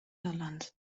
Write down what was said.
irland